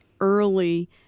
early